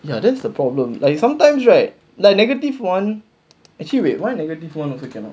ya that's the problem like sometimes right like negative one actually wait why negative one also cannot